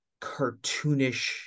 cartoonish